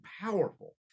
powerful